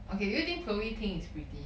okay do you think chloe ting is pretty